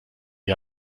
wir